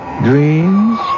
dreams